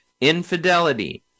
infidelity